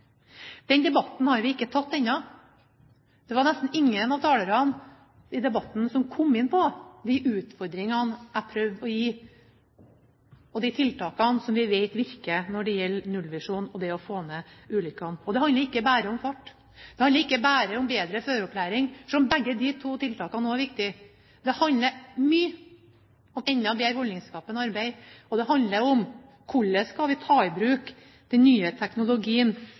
Den debatten har vi ikke tatt ennå. Det var nesten ingen av talerne i debatten som kom inn på de utfordringene jeg prøvde å gi, de tiltakene som vi vet virker når det gjelder nullvisjonen, og det å få ned ulykkene. Det handler ikke bare om fart, det handler ikke bare om bedre føreropplæring, selv om begge de to tiltakene også er viktige. Det handler mye om enda bedre holdningsskapende arbeid, og det handler om hvordan vi skal ta i bruk den nye teknologien